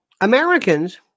Americans